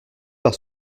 par